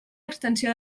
extensió